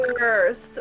worse